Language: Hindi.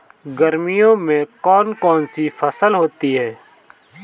गर्मियों में कौन कौन सी फसल होती है?